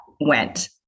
went